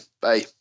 Bye